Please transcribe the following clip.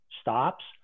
stops